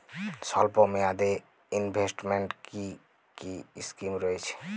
স্বল্পমেয়াদে এ ইনভেস্টমেন্ট কি কী স্কীম রয়েছে?